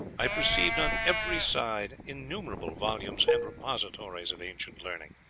i perceived on every side innumerable volumes and repositories of ancient learning,